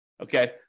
Okay